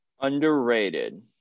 Underrated